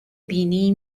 بینی